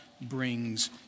brings